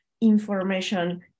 information